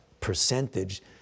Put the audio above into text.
percentage